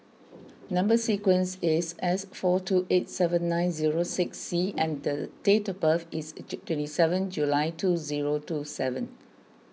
Number Sequence is S four two eight seven nine zero six C and date of birth is twenty seven July two zero two seven